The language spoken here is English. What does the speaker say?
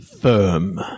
Firm